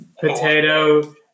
Potato